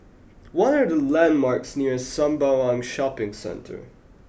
what are the landmarks near Sembawang Shopping Centre